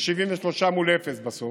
ב-73 מול אפס בסוף,